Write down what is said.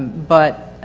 but,